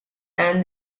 and